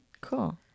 cool